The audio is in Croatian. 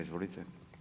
Izvolite.